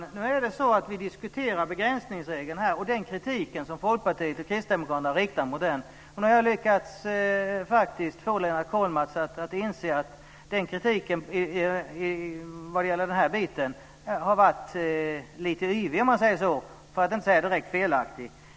Fru talman! Vad vi diskuterar här är begränsningsregeln och den kritik som Folkpartiet och Kristdemokraterna riktar mot den. Nu har jag faktiskt lyckats få Lennart Kollmats att inse att kritiken vad gäller den här biten varit lite "yvig" - för att inte säga direkt felaktig.